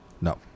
No